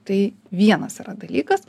tai vienas dalykas